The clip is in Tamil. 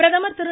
பிரதமர் திரு